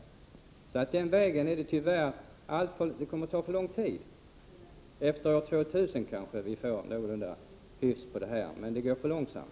Det kommer att ta alltför lång tid att gå den vägen. Gör vi det kan vi kanske först efter år 2000 få en någorlunda hyfsad verksamhet. Då går det för långsamt.